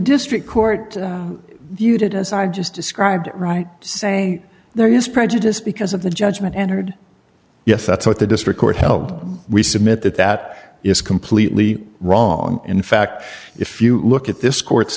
district court viewed it as i just described right say there is prejudice because of the judgment and heard yes that's what the district court held we submit that that is completely wrong in fact if you look at this court's